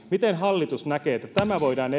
miten hallitus näkee että tämä voidaan